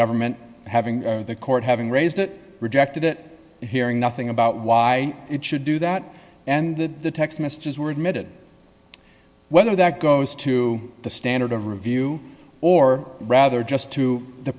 government having the court having raised it rejected it hearing nothing about why it should do that and the text messages were admitted whether that goes to the standard of review or rather just to the